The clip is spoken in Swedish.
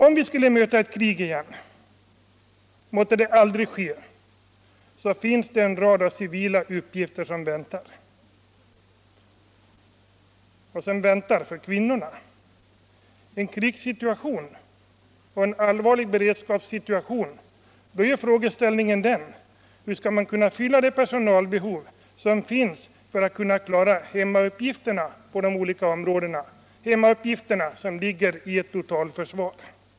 Om vi skulle möta ett krig igen — måtte det aldrig ske! — finns det en rad civila uppgifter som väntar kvinnorna. I en krigssituation eller en allvarlig beredskapssituation är problemet hur man skall kunna fylla personalbehoven, så att man kan klara de arbetsuppgifter på olika områden som ingår i totalförsvaret.